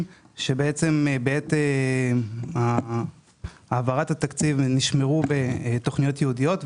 שבעת העברת התקציב נשמרו בתכניות ייעודיות.